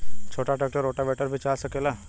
छोटा tractor rotavator भी चला सकेला?